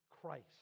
Christ